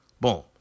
Boom